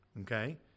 okay